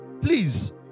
Please